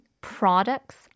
products